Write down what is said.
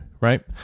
Right